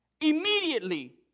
Immediately